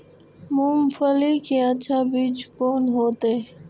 मूंगफली के अच्छा बीज कोन होते?